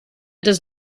does